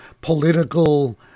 political